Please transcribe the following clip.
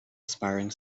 aspiring